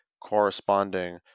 corresponding